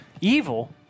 Evil